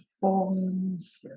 forms